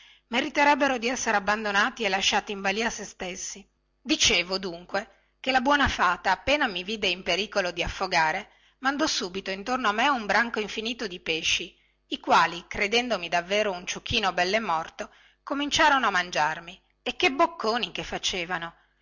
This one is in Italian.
meriterebbero di essere abbandonati e lasciati in balia a se stessi dicevo dunque che la buona fata appena mi vide in pericolo di affogare mandò subito intorno a me un branco infinito di pesci i quali credendomi davvero un ciuchino belle morto cominciarono a mangiarmi e che bocconi che facevano